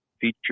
feature